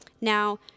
Now